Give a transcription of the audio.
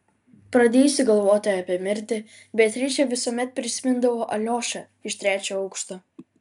pradėjusi galvoti apie mirtį beatričė visuomet prisimindavo aliošą iš trečio aukšto